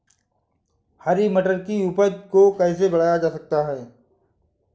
हरी मटर की उपज को कैसे बढ़ाया जा सकता है?